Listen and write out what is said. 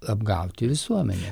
apgauti visuomenę